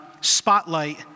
spotlight